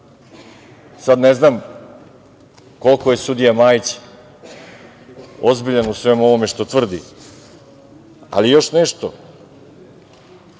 znam koliko je sudija Majić ozbiljan u svemu ovome što tvrdi. Još nešto,